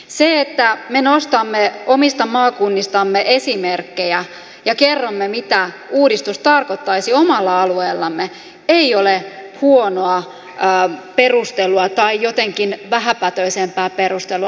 se että me nostamme omista maakunnistamme esimerkkejä ja kerromme mitä uudistus tarkoittaisi omalla alueellamme ei ole huonoa perustelua tai jotenkin vähäpätöisempää perustelua